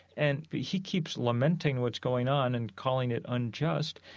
and he keeps lamenting what's going on and calling it unjust.